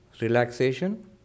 relaxation